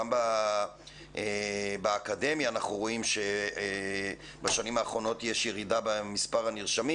גם באקדמיה אנחנו רואים שבשנים האחרונות יש ירידה במספר הנרשמים